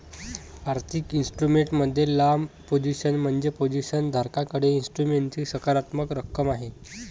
आर्थिक इन्स्ट्रुमेंट मध्ये लांब पोझिशन म्हणजे पोझिशन धारकाकडे इन्स्ट्रुमेंटची सकारात्मक रक्कम आहे